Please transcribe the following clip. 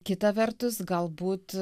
kita vertus galbūt